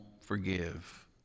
forgive